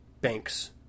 bank's